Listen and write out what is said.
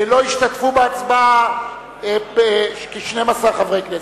לא השתתפו בהצבעה 12 חברי כנסת.